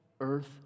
earth